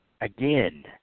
Again